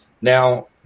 now